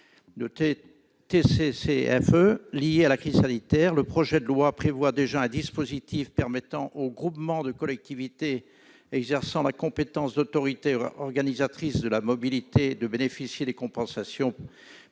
de TCCFE liées à la crise sanitaire. Le projet de loi prévoit déjà un dispositif permettant aux groupements de collectivités exerçant la compétence d'autorité organisatrice de la mobilité de bénéficier des compensations pour les